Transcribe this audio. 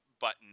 button